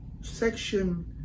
section